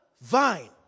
vine